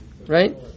Right